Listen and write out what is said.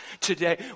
today